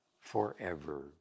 forever